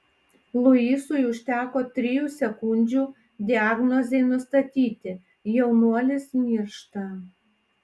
luisui užteko trijų sekundžių diagnozei nustatyti jaunuolis miršta